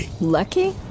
Lucky